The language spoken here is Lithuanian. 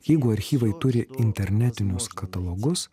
jeigu archyvai turi internetinius katalogus